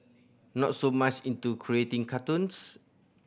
not so much into creating cartoons